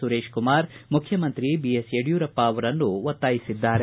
ಸುರೇಶ್ ಕುಮಾರ್ ಮುಖ್ಯಮಂತ್ರಿ ಯಡಿಯೂರಪ್ಪ ಅವರನ್ನು ಒತ್ತಾಯಿಸಿದ್ದಾರೆ